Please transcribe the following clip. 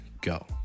go